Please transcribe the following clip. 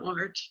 art